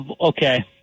okay